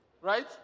Right